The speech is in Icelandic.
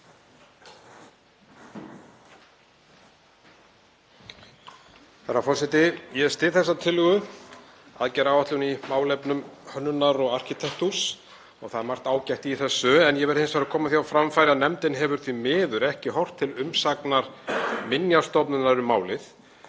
Herra forseti. Ég styð þessa tillögu, aðgerðaáætlun í málefnum hönnunar og arkitektúrs, það er margt ágætt í þessu. Ég verð hins vegar að koma því á framfæri að nefndin hefur því miður ekki horft til umsagnar Minjastofnunar um málið.